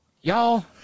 Y'all